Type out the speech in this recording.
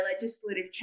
legislative